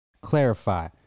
Clarify